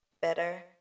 better